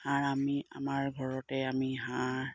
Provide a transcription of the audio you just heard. আমি আমাৰ ঘৰতে আমি হাঁহ